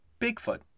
Bigfoot